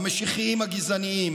המשיחיים הגזעניים.